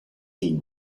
team